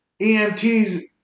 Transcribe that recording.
EMT's